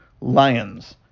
lions